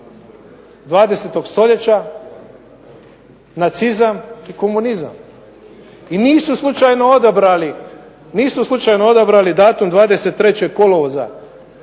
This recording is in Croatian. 20. stoljeća, nacizam i komunizam. I nisu slučajno odabrali, nisu slučajno